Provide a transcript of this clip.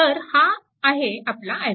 तर हा आहे आपला i4